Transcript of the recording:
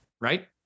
Right